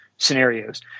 Scenarios